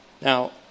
Now